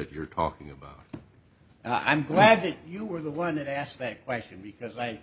that you're talking about i'm glad that you were the one that asked that question because like